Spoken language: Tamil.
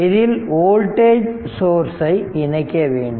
இதில் வோல்டேஜ் சோர்ஸ்ஐ இணைக்க வேண்டும்